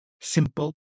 simple